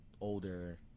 older